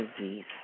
disease